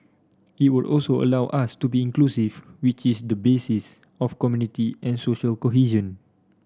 it would also allow us to be inclusive which is the basis of community and social cohesion